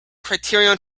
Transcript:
criterion